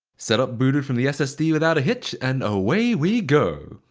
setup booted from the ssd without a hitch and away we go!